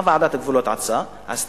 מה ועדת הגבולות עשתה?